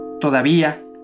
Todavía